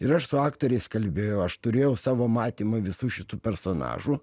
ir aš su aktoriais kalbėjau aš turėjau savo matymą visų šitų personažų